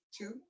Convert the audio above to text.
Two